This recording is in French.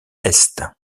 est